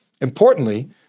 Importantly